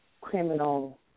criminal